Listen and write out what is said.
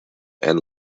and